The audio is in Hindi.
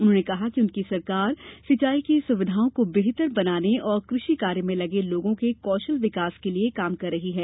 उन्होंने कहा कि उनकी सरकार सिंचाई की सुविधाओं को बेहतर बनाने और कृषि कार्य में लगे लोगों के कौशल विकास के लिए काम कर रही है